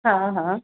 हा हा